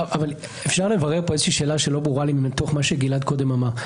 אפשר לברר פה שאלה שלא ברורה לי מתוך מה שגלעד קודם אמר.